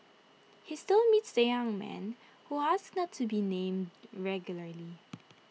he still meets the young man who asked not to be named regularly